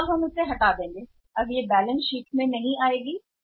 हम इसे हटा देंगे नहीं अब बैलेंस शीट में दिखाई दें